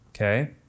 Okay